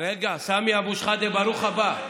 סמי אבו שחאדה, ברוך הבא.